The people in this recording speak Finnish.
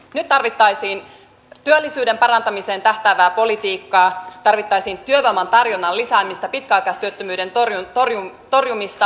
nyt tarvittaisiin työllisyyden parantamiseen tähtäävää politiikkaa tarvittaisiin työvoiman tarjonnan lisäämistä pitkäaikaistyöttömyyden torjumista